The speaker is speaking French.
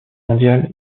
mondiale